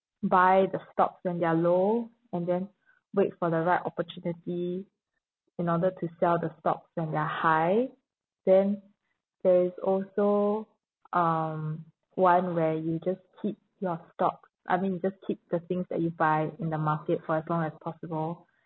buy the stocks when they are low and then wait for the right opportunity in order to sell the stocks when they are high then there is also um one where you just keep your stocks I mean you just keep the things that you buy in the market for as long as possible